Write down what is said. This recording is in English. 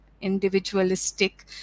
individualistic